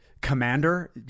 commander